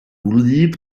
wlyb